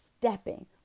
stepping